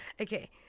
okay